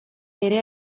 ere